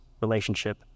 relationship